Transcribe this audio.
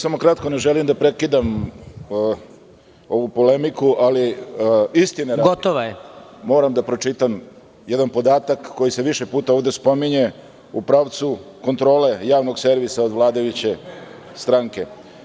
Samo kratko, ne želim da prekidam ovu polemiku, ali istine radi moram da pročitam jedan podatak koji se više puta ovde spominje u pravcu kontrole Javnog servisa od vladajuće stranke.